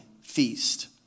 feast